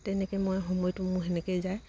তেনেকে মই সময়টো মোৰ সেনেকেই যায়